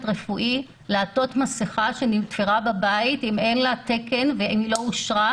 רפואי לעטות מסכה שנתפרה בבית אם אין לה תקן ואם לא אושרה.